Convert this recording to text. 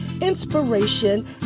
inspiration